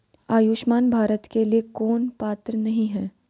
आयुष्मान भारत के लिए कौन पात्र नहीं है?